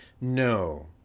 No